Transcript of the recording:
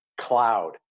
cloud